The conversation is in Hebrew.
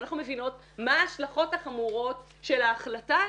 אנחנו מבינות מה ההשלכות החמורות של ההחלטה הזאת.